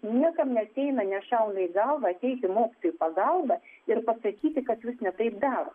niekam neateina nešauna į galvą ateiti mokytojui į pagalbą ir pasakyti kad jūs ne taip darot